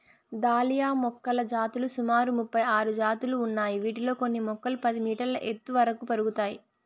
dahlia మొక్కల జాతులు సుమారు ముపై ఆరు జాతులు ఉన్నాయి, వీటిలో కొన్ని మొక్కలు పది మీటర్ల ఎత్తు వరకు పెరుగుతాయి